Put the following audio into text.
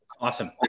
Awesome